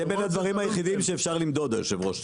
זה בין הדברים היחידים שאפשר למדוד יושב הראש,